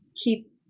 keep